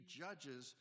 judges